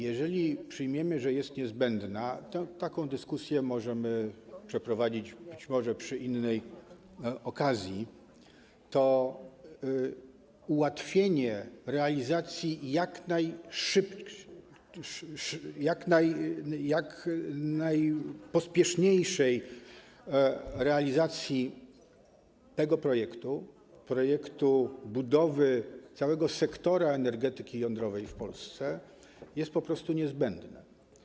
Jeżeli przyjmiemy, że jest niezbędna - taką dyskusję możemy przeprowadzić być może przy innej okazji - to ułatwienie jak najbardziej pośpiesznej realizacji tego projektu, projektu budowy całego sektora energetyki jądrowej w Polsce, jest po prostu niezbędne.